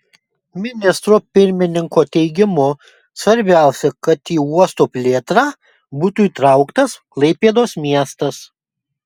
ministro pirmininko teigimu svarbiausia kad į uosto plėtrą būtų įtrauktas klaipėdos miestas